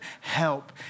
help